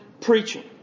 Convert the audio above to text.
preaching